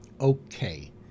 okay